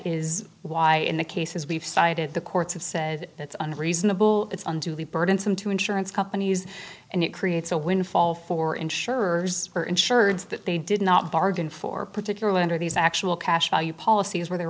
is why in the cases we've cited the courts have said that's unreasonable it's unduly burdensome to insurance companies and it creates a windfall for insurers or insured that they did not bargain for particularly under these actual cash value policies where the